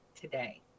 today